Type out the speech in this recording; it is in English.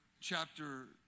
chapter